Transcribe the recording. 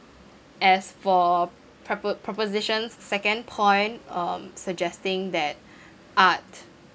as for propo~ proposition's second point um suggesting that art